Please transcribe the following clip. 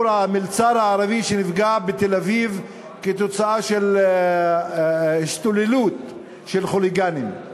המלצר הערבי שנפגע בתל-אביב כתוצאה מהשתוללות של חוליגנים,